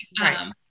right